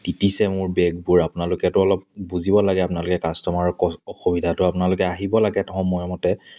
তিতিছে মোৰ বেগবোৰ আপোনালোকেতো অলপ অলপ বুজিব লাগে আপোনালোকে কাষ্টমাৰৰ অস অসুবিধাটো আপোনালোকে আহিব লাগে সময়মতে